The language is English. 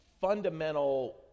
fundamental